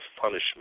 punishment